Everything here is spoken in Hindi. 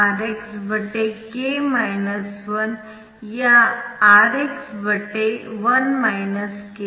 यह Rxk 1 या Rx1 k है